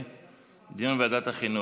לדיון בוועדת החינוך.